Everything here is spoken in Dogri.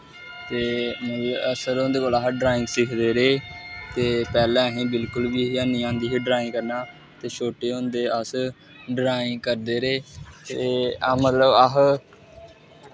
ते मतलब अस सर हुंदे कोला ड्राईंग सिखदे रेह् ते पैह्लें असें बिल्कुल बी हैनी औंदी ही ड्राईंग करना ते छोटे होंदे अस ड्राईंग करदे रेह् ते मतलब अस